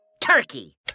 Turkey